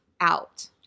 out